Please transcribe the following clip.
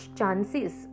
chances